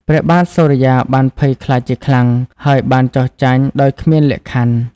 ព្រះបាទសូរិយាបានភ័យខ្លាចជាខ្លាំង ហើយបានចុះចាញ់ដោយគ្មានលក្ខខណ្ឌ។